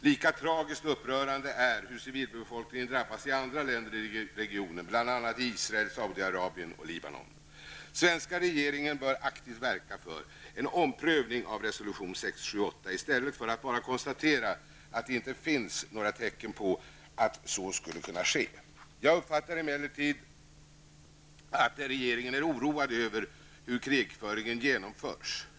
Lika tragiskt och upprörande är hur civilbefolkningen drabbas i andra länder i regionen, bl.a. i Israel, Saudi Svenska regeringen bör aktivt verka för en omprövning av resolution 678 i stället för att bara konstatera att det inte finns några tecken på att så skulle kunna ske. Jag uppfattar emellertid att regeringen är oroad över hur krigföringen genomförs.